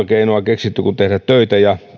keinoa keksitty kuin tehdä töitä ja